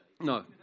No